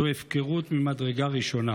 זו הפקרות ממדרגה ראשונה.